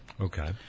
Okay